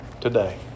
today